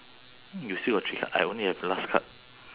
you still got three card I only have last card